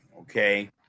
okay